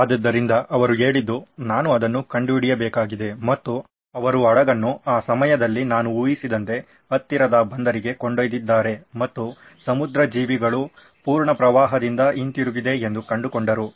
ಆದ್ದರಿಂದ ಅವರು ಹೇಳಿದ್ದು ನಾನು ಅದನ್ನು ಕಂಡುಹಿಡಿಯಬೇಕಾಗಿದೆ ಮತ್ತು ಅವರು ಹಡಗನ್ನು ಆ ಸಮಯದಲ್ಲಿ ನಾನು ಊಹಿಸಿದಂತೆ ಹತ್ತಿರದ ಬಂದರಿಗೆ ಕೊಂಡೊಯ್ದಿದ್ದಾರೆ ಮತ್ತು ಸಮುದ್ರ ಜೀವಿಗಳು ಪೂರ್ಣ ಪ್ರವಾಹದಿಂದ ಹಿಂತಿರುಗಿದೆ ಎಂದು ಕಂಡುಕೊಂಡರು